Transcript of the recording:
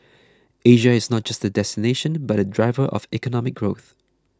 Asia is not just a destination but a driver of economic growth